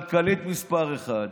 כלכלית מספר אחת,